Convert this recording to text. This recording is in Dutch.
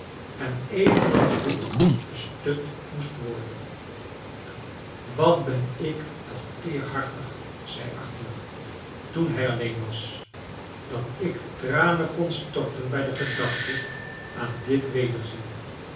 en evenals dit gestut moest worden wat ben ik toch teerhartig zei arthur toen hij alleen was dat ik tranen kon storten bij de gedaehte aan dit wederzien